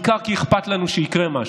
בעיקר כי אכפת לנו שיקרה משהו.